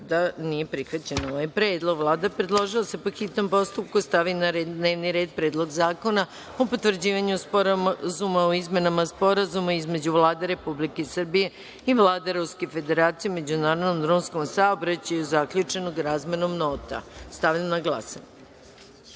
nije prihvatila ovaj predlog. Vlada je predložila da se, po hitnom postupku, stavi na dnevni red Predlog zakona o potvrđivanju Sporazuma o izmenama sporazuma između Vlade Republike Srbije i Vlade Ruske Federacije o međunarodnom drumskom saobraćaju, zaključenog razmenom nota. Stavljam na glasanje